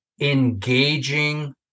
engaging